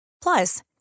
Plus